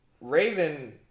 Raven